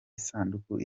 isanduku